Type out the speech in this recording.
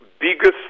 biggest